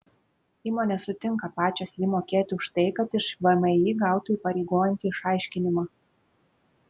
įmonės sutinka pačios jį mokėti už tai kad iš vmi gautų įpareigojantį išaiškinimą